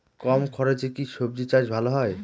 কম খরচে কি সবজি চাষ ভালো হয়?